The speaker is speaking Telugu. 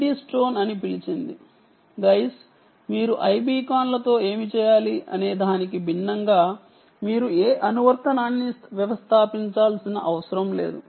ఇది దానికంటే ఇంకా ఎక్కువే చేసింది చూడండి మీరు ఐబీకాన్లతో ఏమి చేయాలి అనేదానికి భిన్నంగా మీరు ఏ అనువర్తనాన్ని వ్యవస్థాపించాల్సిన అవసరం లేదు